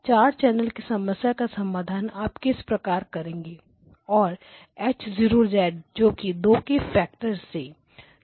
4 channel की समस्या का समाधान आप किस प्रकार करेंगे और H 0 जोकि 2 के फैक्टर से डाउनसेंपल है